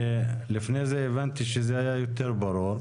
לפני זה הבנתי שזה היה יותר ברור,